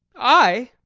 i!